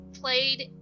played